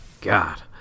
God